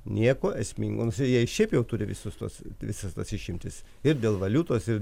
nieko esmingo jie šiaip jau turi visus tuos visas tas išimtis ir dėl valiutos ir